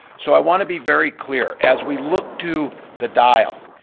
so i want to be very clear, as we look to the dial,